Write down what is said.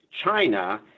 China